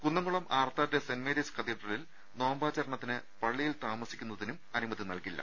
Kunnamkulam Arthat saint Mary's കത്തീഡ്ര ലിൽ നോമ്പാചരണത്തിന് പള്ളിയിൽ താമസിക്കുന്ന തിനും അനുമതി നൽകില്ല